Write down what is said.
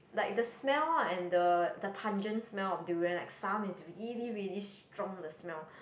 like the smell um and the the pungent smell of durian like some is really really strong the smell